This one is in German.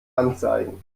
anzeigen